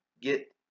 get